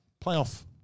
playoff